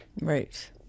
right